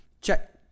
Check